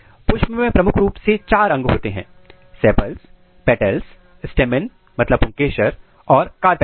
पुष्पा में प्रमुख रूप से 4 अंग होते हैं सेपल्स पेटल्स stamen पुंकेसर और कार्पेल्स